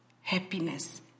happiness